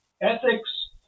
Ethics